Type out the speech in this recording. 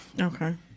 Okay